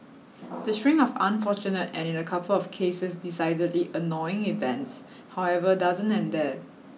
the string of unfortunate and in a couple of cases decidedly annoying events however doesn't end there